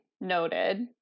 noted